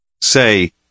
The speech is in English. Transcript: Say